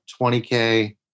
20K